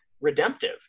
redemptive